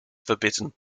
forbidden